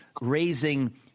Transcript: raising